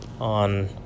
on